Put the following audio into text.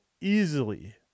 easily